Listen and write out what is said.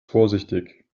vorsichtig